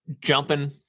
jumping